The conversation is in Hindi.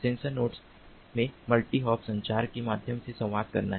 सेंसर नोड उन्हें मल्टी हॉप संचार के माध्यम से संवाद करना है